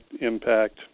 impact